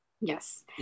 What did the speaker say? Yes